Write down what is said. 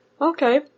Okay